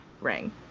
ring